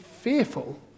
fearful